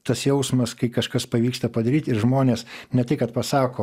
tas jausmas kai kažkas pavyksta padaryt ir žmonės ne tai kad pasako